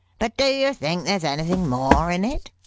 but do you think there's anything more in it?